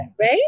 right